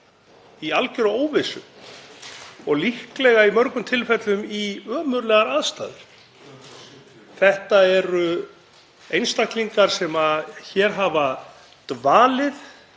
í algjöra óvissu og líklega í mörgum tilfellum í ömurlegar aðstæður. Þetta eru einstaklingar sem hér hafa dvalið